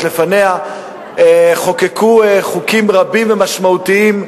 "חיים וסביבה",